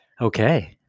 Okay